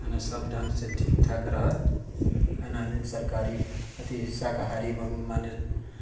है ने सब ढंग से ठीक ठाक रहत है ने सरकारी अथी शाकाहारी माने